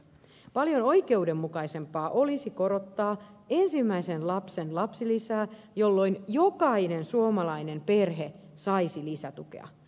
paljon oikeudenmukaisempaa olisi korottaa ensimmäisen lapsen lapsilisää jolloin jokainen suomalainen perhe saisi lisätukea